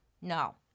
No